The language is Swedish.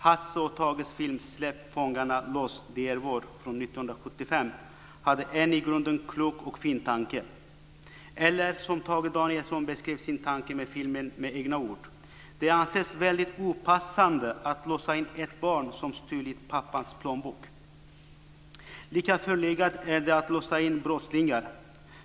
Hasse & Tages film Släpp fångarne loss - det är vår! från 1975 hade en i grunden klok och fin tanke. Eller som Tage Danielsson beskrev sin tanke med filmen med egna ord: "Det anses väldigt opassande att låsa in ett barn som stulit pappas plånbok. Lika förlegat är det att låsa in brottslingar.